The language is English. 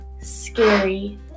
scary